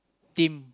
team